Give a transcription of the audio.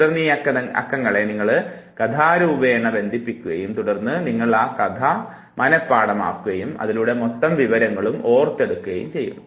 തുടർന്നു ഈ അക്കങ്ങളെ കഥാരൂപേണ ബന്ധിപ്പികുകയും തുടർന്നു നിങ്ങൾ ആ കഥ മനഃപാഠമാക്കുകയും അതിലൂടെ മൊത്തം വിവരങ്ങളും ഒർത്തെടുക്കുകയും ചെയ്യുന്നു